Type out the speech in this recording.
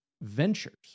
ventures